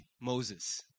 Moses